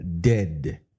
dead